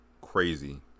crazy